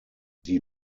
sie